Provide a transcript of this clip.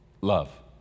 Love